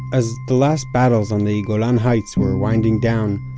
as the last battles on the golan heights were winding down,